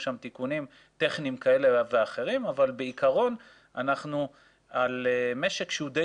שם תיקונים טכניים כאלה ואחרים אבל בעיקרון אנחנו על משק שהוא די